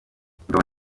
ingabo